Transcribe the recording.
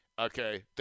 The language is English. okay